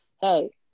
Hey